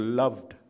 loved